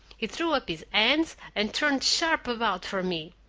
he threw up his hands, and turned sharp about for me.